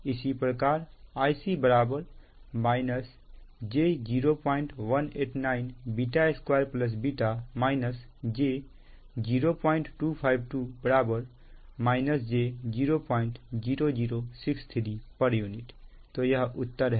इसी प्रकार Ic j 0189β2 β j0252 j 00063 pu तो यह उत्तर है